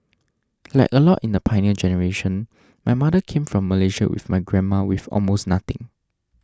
like a lot in the Pioneer Generation my mother came from Malaysia with my grandma with almost nothing